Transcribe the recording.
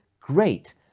great